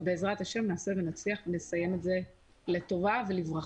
בעזרת השם נעשה ונצליח ונסיים את זה לטובה ולברכה.